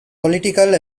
political